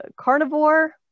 carnivore